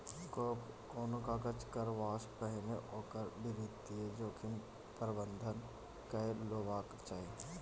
कोनो काज करबासँ पहिने ओकर वित्तीय जोखिम प्रबंधन कए लेबाक चाही